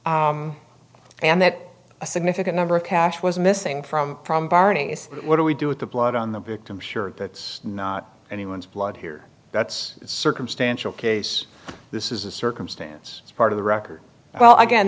and that a significant number of cash was missing from from barney's what do we do with the blood on the victim shirt that's not anyone's blood here that's circumstantial case this is a circumstance part of the record well again